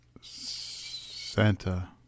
Santa